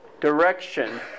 direction